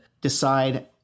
decide